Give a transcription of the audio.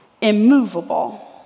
immovable